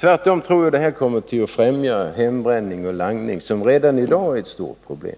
Tvärtom tror jag att de kommer att främja hembränning och langning, som redan i dag är ett stort problem.